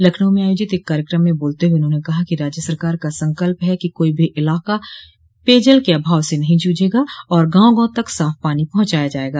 लखनऊ में आयोजित एक कार्यक्रम में बोलते हुए उन्होंने कहा कि राज्य सरकार का संकल्प है कि कोई भी इलाका पेयजल के अभाव से नहीं जूझेगा और गांव गांव तक साफ पानी पहुंचाया जायेगा